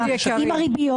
עם הריביות.